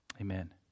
amen